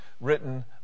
Written